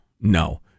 no